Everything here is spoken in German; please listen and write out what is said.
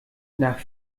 nach